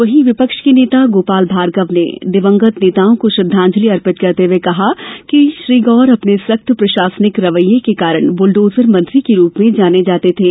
वहीं विपक्ष के नेता गोपाल भार्गव ने दिवंगत नेताओं को श्रद्धांजलि अर्पित करते हुए कहा कि श्री गौर अपने सख्त प्रशासनिक रवैये के कारण बुल्डोजर मंत्री के रूप में जाने जाते थे